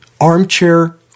Armchair